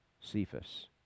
Cephas